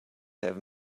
have